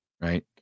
right